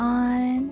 on